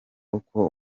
uko